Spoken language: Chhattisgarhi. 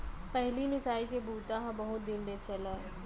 पहिली मिसाई के बूता ह बहुत दिन ले चलय